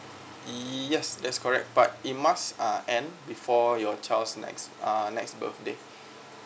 yes that's correct but it must uh end before your child's next uh next birthday